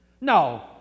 No